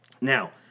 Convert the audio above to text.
Now